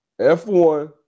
F1